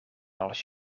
als